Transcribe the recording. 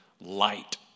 light